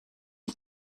ich